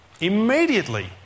Immediately